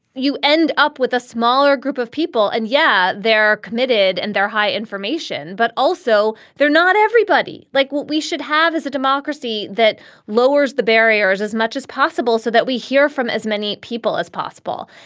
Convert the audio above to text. you end up with a smaller group of people and yeah, they're committed and they're high information, but also they're not everybody everybody like what we should have is a democracy that lowers the barriers as much as possible so that we hear from as many people as possible.